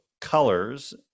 colors